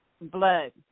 blood